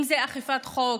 אם זה אכיפת החוק,